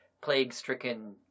plague-stricken